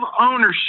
ownership